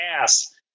ass